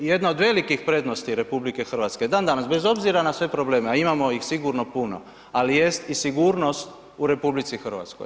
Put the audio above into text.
I jedna od velikih prednosti RH, dan-danas, bez obzira na sve probleme, a imamo ih sigurno puno, ali jest i sigurnost u RH.